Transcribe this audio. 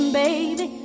baby